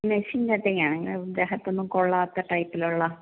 machine cutting ആണേ ദേഹത്തൊന്നും കൊള്ളാത്ത ടൈപ്പിലുള്ള